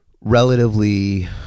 relatively